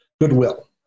goodwill